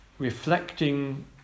Reflecting